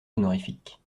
honorifiques